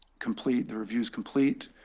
complete, the reviews complete.